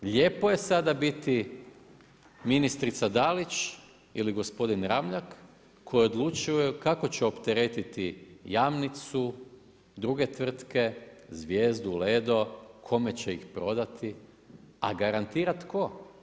Lijepo je sada biti ministrica Dalić ili gospodin Ramljak koji odlučuje kako će opteretiti Jamnicu, druge tvrtke, Zvijezdu, Ledo, kome će ih prodati, a garantira tko?